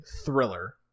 thriller